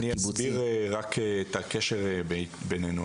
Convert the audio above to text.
אני אסביר רק את הקשר בנינו.